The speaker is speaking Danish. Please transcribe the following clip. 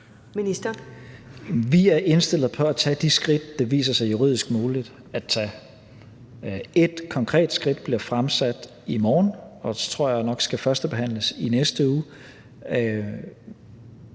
Vi er indstillet på at tage de skridt, det viser sig juridisk muligt at tage. Et konkret skridt bliver taget i morgen med fremsættelsen af et lovforslag, der, tror jeg nok, skal førstebehandles i næste uge.